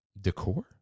decor